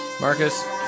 Marcus